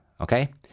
okay